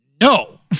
No